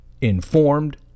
informed